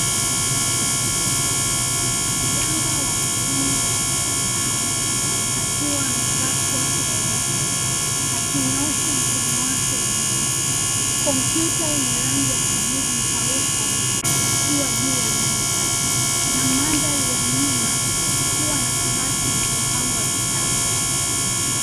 Mganga wa kiume akitabasamu, akiwa amevaa koti leupe akinyoosha mkono wake juu. Komputa yenye rangi ya kijivu mpauko ikiwa juu ya meza na mandhari ya nyuma kukiwa na kabati iliyopangwa vitabu.